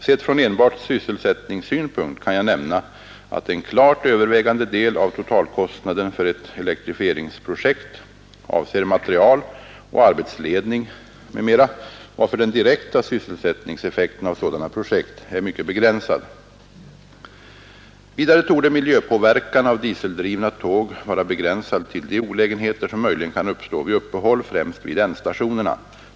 Sett från enbart sysselsättningssynpunkt kan jag nämna att en klart övervägande del av totalkostnaden för ett elektrifieringsprojekt avser material och arbetsledning m.m., varför den direkta sysselsättningseffekten av sådana projekt är mycket begränsad. Vidare torde miljöpåverkan av dieseldrivna tåg vara begränsad till de olägenheter som möjligen kan uppstå vid uppehåll, främst vid ändstationerna.